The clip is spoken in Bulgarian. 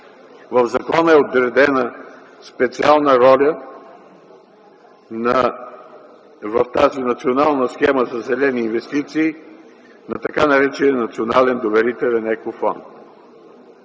в закона е отредена специална роля - в тази национална схема за зелени инвестиции, на така наречения Национален доверителен екофонд.